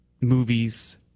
movies